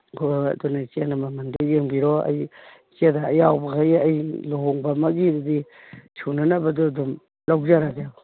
ꯍꯣꯏ ꯍꯣꯏ ꯑꯗꯨꯅ ꯏꯆꯦꯅ ꯃꯃꯜꯗꯨ ꯌꯦꯡꯕꯤꯔꯣ ꯑꯩ ꯏꯆꯦꯗ ꯑꯌꯥꯎꯕꯈꯩ ꯑꯩ ꯂꯨꯍꯣꯡꯕ ꯑꯃꯒꯤꯕꯨꯗꯤ ꯁꯨꯅꯅꯕꯗꯨ ꯑꯗꯨꯝ ꯂꯧꯖꯔꯒꯦ